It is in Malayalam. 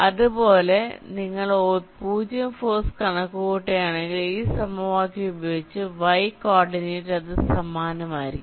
അതുപോലെ നിങ്ങൾ 0 ഫോഴ്സ് കണക്കുകൂട്ടുകയാണെങ്കിൽ ഈ സമവാക്യം ഉപയോഗിച്ച് y കോർഡിനേറ്റ് അത് സമാനമായിരിക്കും